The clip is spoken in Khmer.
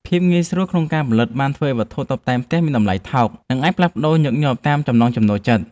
ភាពងាយស្រួលក្នុងការផលិតបានធ្វើឱ្យវត្ថុតុបតែងផ្ទះមានតម្លៃថោក និង អាចផ្លាស់ប្តូរបានញឹកញាប់តាមចំណង់ចំណូលចិត្ត។